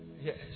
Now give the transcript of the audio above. Yes